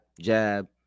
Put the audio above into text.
jab